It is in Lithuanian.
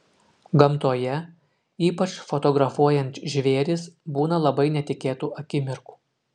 gamtoje ypač fotografuojant žvėris būna labai netikėtų akimirkų